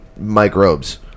microbes